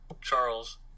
Charles